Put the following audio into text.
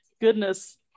goodness